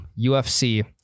UFC